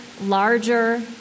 larger